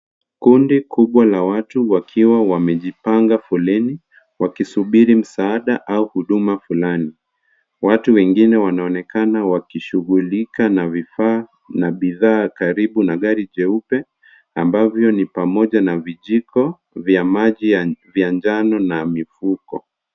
Kundi kubwa la watu wakiwa wamejipanga foleni wakisubiri msaada au huduma fulani. Watu wengine wanaonekana wakishughulika na vifaa na bidhaa karibu na gari jeupe ambavyo ni pamoja na vijiko vya maji vya njano na mifuko.